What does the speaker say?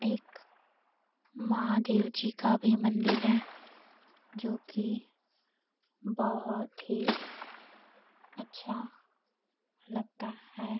एक महादेव जी का भी मंदिर है जो कि बहुत ही अच्छा लगता है